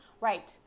Right